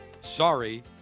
sorry